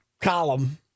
column